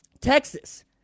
Texas